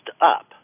up